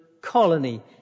colony